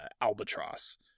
Albatross